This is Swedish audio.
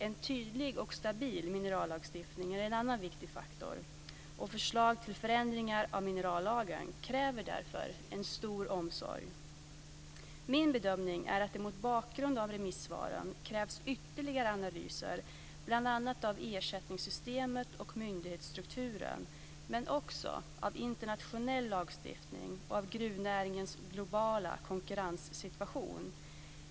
En tydlig och stabil minerallagstiftning är en annan viktig faktor. Förslag till förändringar av minerallagen kräver därför stor omsorg. Min bedömning är att det mot bakgrund av remissvaren krävs ytterligare analyser bl.a. av ersättningssystemet och myndighetsstrukturen, men också av internationell lagstiftning och av gruvnäringens globala konkurrenssituation.